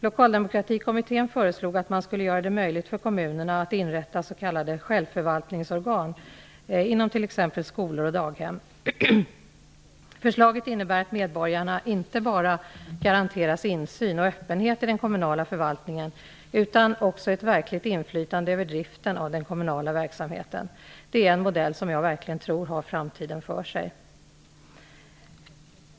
Lokaldemokratikommittén föreslog att man skulle göra det möjligt för kommunerna att inrätta s.k. självförvaltningsorgan inom t.ex. skolor och daghem. Förslaget innebär att medborgarna inte bara garanteras insyn och öppenhet i den kommunala förvaltningen utan också ett verkligt inflytande över driften av den kommunala verksamheten. Det är en modell som jag verkligen tror har framtiden för sig.